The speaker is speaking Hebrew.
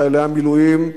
חיילי המילואים,